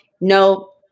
no